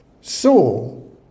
Saul